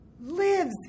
lives